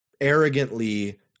arrogantly